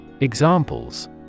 Examples